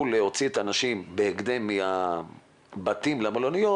להוציא את האנשים בהקדם מהבתים למלוניות,